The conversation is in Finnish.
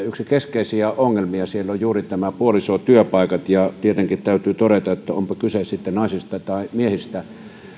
yksi keskeisiä ongelmia siellä on juuri puolisotyöpaikat ja tietenkin täytyy todeta että on kyse niin naisista kuin miehistä